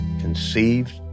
conceived